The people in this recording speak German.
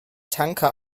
tanker